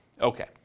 Okay